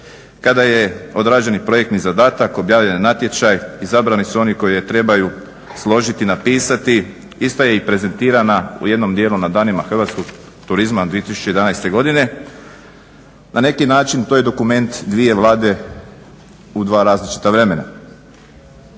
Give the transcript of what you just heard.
kada je odrađeni projektni zadatak, objavljen je natječaj izabrani su oni koji je trebaju složiti i napisati, ista je i prezentirana u jednom dijelu na Danima hrvatskog turizma 2011.godine. Na neki način to je dokument dvije vlade u dva različita vremena.